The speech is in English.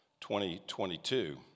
2022